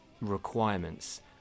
requirements